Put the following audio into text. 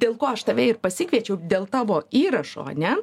dėl ko aš tave ir pasikviečiau dėl tavo įrašo ane